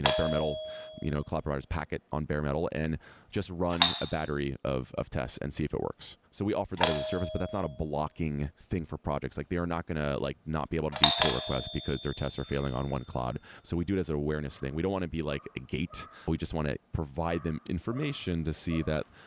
bare metal you know cloud providers packet on bare metal, and just run a battery of of tests and see if it works. so we offer that as a service, but that's not a blocking thing for projects. like they are not going to like not be able to do pull requests, because their tests are failing on one cloud. so we do it as awareness thing. we don't want to be like a gate. we just want to provide them information to see that,